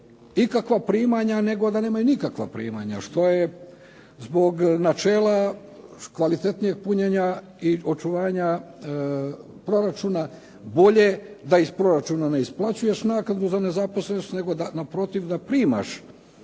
ikakva primanja, nego da nemaju nikakva primanja, što je zbog načela kvalitetnijeg punjenja i očuvanja proračuna bolje da iz proračuna ne isplaćuješ naknadu za nezaposlenost, nego da naprotiv da primaš